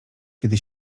kiedy